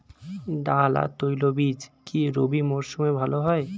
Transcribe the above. ডাল আর তৈলবীজ কি রবি মরশুমে ভালো হয়?